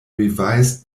revised